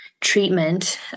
treatment